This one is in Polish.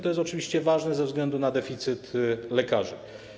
To jest oczywiście ważne ze względu na deficyt lekarzy.